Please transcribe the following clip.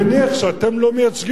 צמיגים?